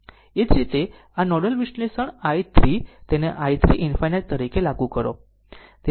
એ જ રીતે આ નોડલ વિશ્લેષણ i 3 તેને i 3 ∞ તરીકે લાગુ કરો